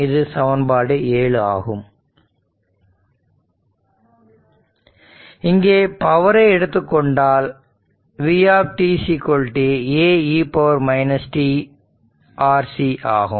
இது சமன்பாடு 7 ஆகும் இங்கே பவரை எடுத்துக் கொண்டால் v A e tRC ஆகும்